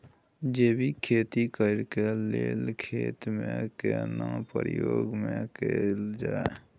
जैविक खेती करेक लैल खेत के केना प्रयोग में कैल जाय?